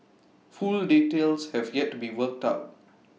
full details have yet to be worked out